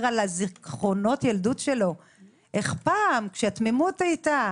על זיכרונות הילדות שלו איך פעם שהתמימות היתה,